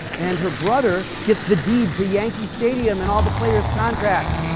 and her brother gets the deed to yankee stadium and all the players' contracts.